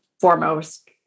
foremost